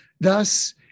Thus